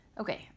Okay